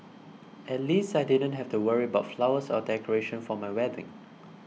at least I didn't have to worry about flowers or decoration for my wedding